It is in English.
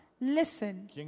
listen